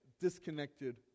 disconnected